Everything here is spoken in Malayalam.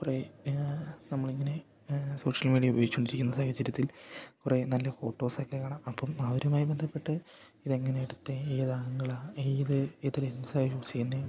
കുറേ നമ്മളിങ്ങനെ സോഷ്യൽ മീഡിയ ഉപയോഗിച്ചുകൊണ്ടിരിക്കുന്ന സാഹചര്യത്തിൽ കുറേ നല്ല ഫോട്ടോസ് ഒക്കെ കാണാം അപ്പം അവരുമായി ബന്ധപ്പെട്ട് ഇതെങ്ങനെ എടുത്തത് ഏത് ആങ്കിളാ ഏത് ഇതിലെന്താ യൂസ് ചെയ്യുന്നത്